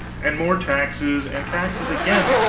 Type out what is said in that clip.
and more taxes, and taxes again,